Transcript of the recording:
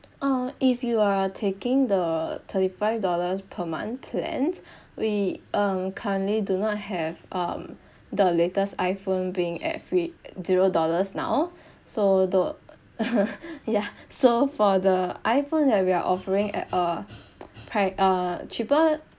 uh if you are taking the thirty five dollars per month plans we um currently do not have um the latest iphone being at free uh zero dollars now so the yeah so for the iphone that we are offering at uh pri~ uh cheaper